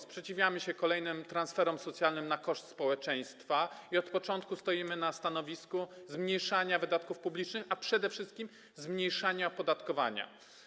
Sprzeciwiamy się kolejnym transferom socjalnym na koszt społeczeństwa i od początku stoimy na stanowisku zmniejszania wydatków publicznych, a przede wszystkim zmniejszania opodatkowania.